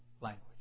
language